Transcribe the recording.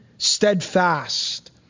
steadfast